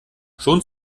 schon